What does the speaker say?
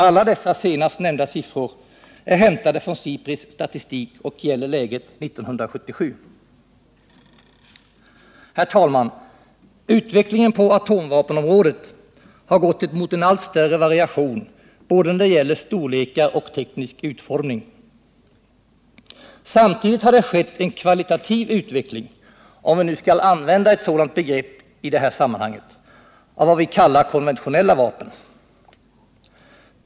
Alla dessa senast nämnda siffror är hämtade från SIPRI:s statistik och gäller läget 1977. Herr talman! Utvecklingen på atomvapenområdet har gått mot allt större variation både när det gäller storlekar och när det gäller teknisk utformning. Samtidigt har det skett en kvalitativ utveckling — om vi nu skall använda ett sådant begrepp i det här sammanhanget — av vad vi kallar konventionella vapen.